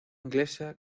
inglesa